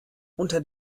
unter